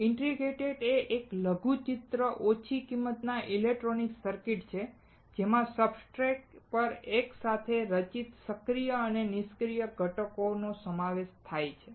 integrated circuit એ એક લઘુચિત્ર ઓછી કિંમતના ઇલેક્ટ્રોનિક સર્કિટ છે જેમાં સબસ્ટ્રેટ પર એક સાથે રચિત સક્રિય અને નિષ્ક્રિય ઘટકોનો સમાવેશ થાય છે